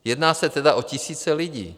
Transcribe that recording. Jedná se tedy o tisíce lidí.